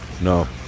No